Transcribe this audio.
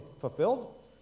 fulfilled